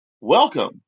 Welcome